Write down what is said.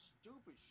stupid